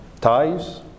ties